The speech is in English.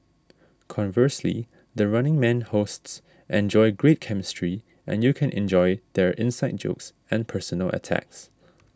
conversely the Running Man hosts enjoy great chemistry and you can enjoy their inside jokes and personal attacks